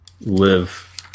live